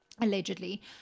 allegedly